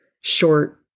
short